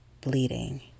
bleeding